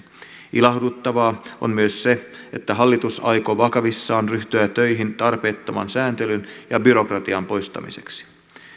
ilahduttavaa on myös se että hallitus aikoo vakavissaan ryhtyä töihin tarpeettoman sääntelyn ja byrokratian poistamiseksi